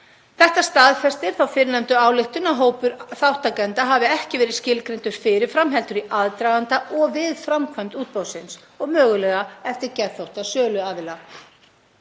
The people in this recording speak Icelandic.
Þetta staðfestir þá fyrrnefndu ályktun að hópur þátttakenda hafi ekki verið skilgreindur fyrir fram heldur í aðdraganda og við framkvæmd útboðsins og mögulega eftir geðþótta söluaðila.